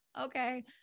okay